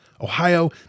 Ohio